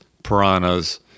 Piranhas